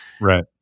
Right